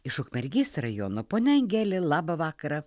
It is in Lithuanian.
iš ukmergės rajono ponia angelė labą vakarą